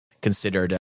considered